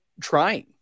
trying